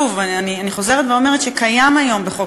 שוב אני חוזרת ואומרת שקיים היום בחוק